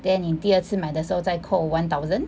then 你第二次买的时候再扣 one thousand